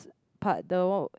part the what~